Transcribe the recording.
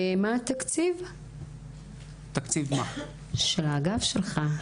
מה התקציב של האגף שלך?